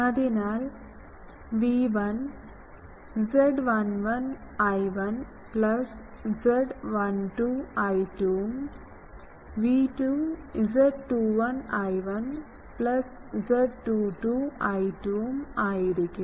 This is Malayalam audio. അതിനാൽ V1 Z11 I1 plus Z12 I2 ഉം V2 Z21 I1 plus Z22 I2 ഉം ആയിരിക്കും